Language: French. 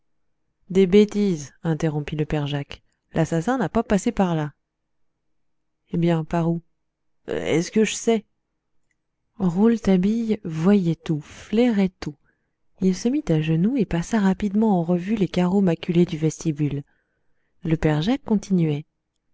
des bêtises interrompit le père jacques l'assassin n'a pas passé par là eh bien par où est-ce que je sais rouletabille voyait tout flairait tout il se mit à genoux et passa rapidement en revue les carreaux maculés du vestibule le père jacques continuait